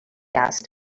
asked